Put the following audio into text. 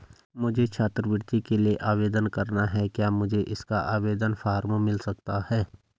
मुझे छात्रवृत्ति के लिए आवेदन करना है क्या मुझे इसका आवेदन फॉर्म मिल सकता है?